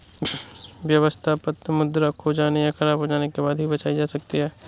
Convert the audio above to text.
व्यवस्था पत्र मुद्रा खो जाने या ख़राब हो जाने के बाद भी बचाई जा सकती है